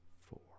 four